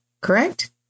Correct